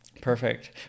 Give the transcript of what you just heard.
Perfect